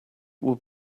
would